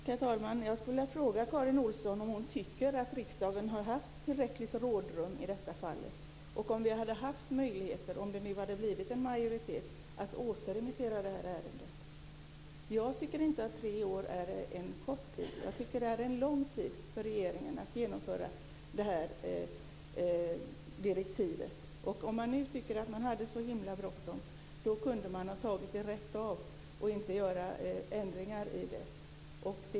Herr talman! Jag skulle vilja fråga Karin Olsson om hon tycker att riksdagen har haft tillräckligt rådrum i detta fall. Om det hade blivit en majoritet, hade vi haft möjlighet att återremittera ärendet? Jag tycker inte att tre år är en kort tid. Jag tycker att det är en lång tid för regeringen att genomföra direktivet. Om man nu hade så bråttom hade man kunnat ta direktivet rätt av och inte gjort ändringar.